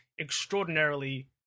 extraordinarily